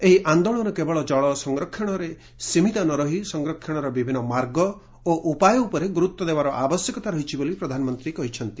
ଏହି ଆନ୍ଦୋଳନ କେବଳ ଜଳ ସଂରକ୍ଷଣରେ ସୀମିତ ନ ରହି ସଂରକ୍ଷଣର ବିଭିନ୍ ମାର୍ଗ ଓ ଉପାୟ ଉପରେ ଗୁର୍ତ୍ ଦେବାର ଆବଶ୍ୟକତା ରହିଛି ବୋଲି ପ୍ରଧାନମନ୍ତୀ କହିଛନ୍ତି